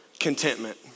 Contentment